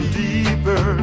deeper